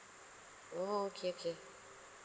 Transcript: oh okay okay